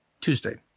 Tuesday